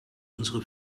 unsere